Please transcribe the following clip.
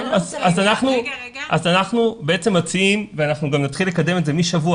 אנחנו בעצם מציעים ואנחנו גם נתחיל לקדם את זה מהשבוע